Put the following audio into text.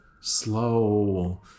slow